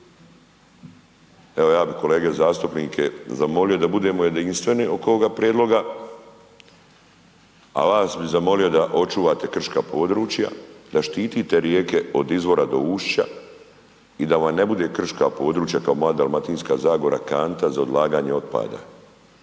Evo ja bi kolege zastupnike zamolio da budemo jedinstveni oko ovoga prijedloga a vas bi zamolio da očuvate krška područja, da štitite rijeke od izora do ušća i da vam ne bude krška područja ako moja Dalmatinska zagora, kanta za odlaganje otpada.